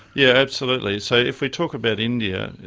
yeah absolutely. so, if we talk about india,